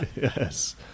Yes